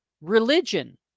religion